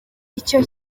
icyo